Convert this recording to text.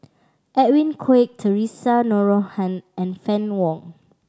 Edwin Koek Theresa Noronha and Fann Wong